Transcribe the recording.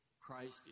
Christ